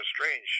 strange